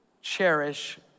cherish